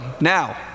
now